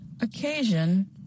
occasion